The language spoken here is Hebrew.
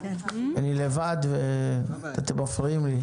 אני לבד ואתם מפריעים לי.